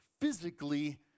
physically